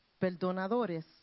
perdonadores